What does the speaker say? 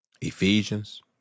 Ephesians